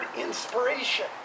inspiration